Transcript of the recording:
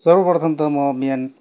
सर्वप्रथम त म बिहान